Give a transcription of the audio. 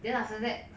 then after that